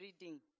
reading